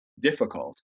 difficult